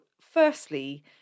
firstly